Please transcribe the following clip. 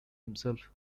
himself